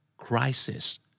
Crisis